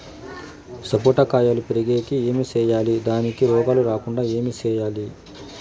సపోట కాయలు పెరిగేకి ఏమి సేయాలి దానికి రోగాలు రాకుండా ఏమి సేయాలి?